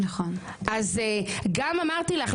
אז גם אמרתי לך,